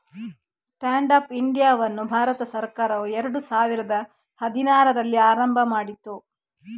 stand up ಇಂಡಿಯಾವನ್ನು ಭಾರತ ಸರ್ಕಾರವು ಎರಡು ಸಾವಿರದ ಹದಿನಾರರಲ್ಲಿ ಆರಂಭ ಮಾಡಿತು